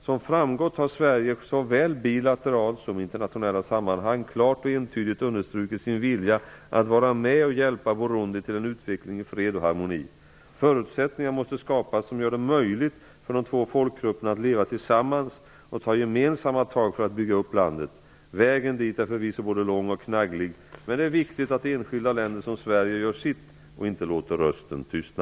Som framgått har Sverige såväl bilateralt som i internationella sammanhang klart och entydigt understrukit sin vilja att vara med och hjälpa Burundi till en utveckling i fred och harmoni. Förutsättningar måste skapas som gör det möjligt för de två folkgrupperna att leva tillsammans och ta gemensamma tag för att bygga upp landet. Vägen dit är förvisso både lång och knagglig, men det är viktigt att enskilda länder som Sverige gör sitt och inte låter rösten tystna.